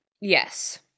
Yes